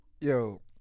Yo